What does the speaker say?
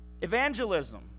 evangelism